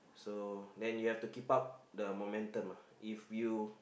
so then you have to keep up the momentum uh if you